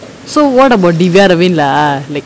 so what about divya lavigne lah like